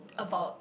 about